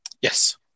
Yes